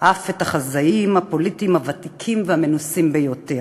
אף את החזאים הפוליטיים הוותיקים והמנוסים ביותר.